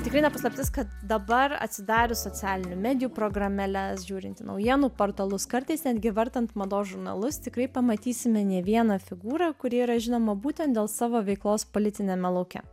tikrai ne paslaptis kad dabar atsidarius socialinių medijų programėles žiūrint į naujienų portalus kartais netgi vartant mados žurnalus tikrai pamatysime ne vieną figūrą kuri yra žinoma būtent dėl savo veiklos politiniame lauke